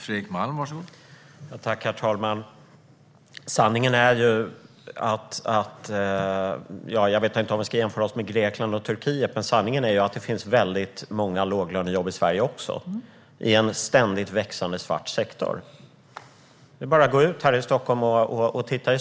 Herr talman! Jag vet inte om vi ska jämföra oss med Grekland och Turkiet, men sanningen är att det finns väldigt många låglönejobb i Sverige också, i en ständigt växande svart sektor. Det är bara att titta i servicesektorn i Stockholm.